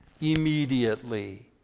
immediately